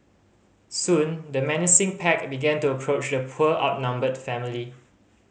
soon the menacing pack began to approach the poor outnumbered family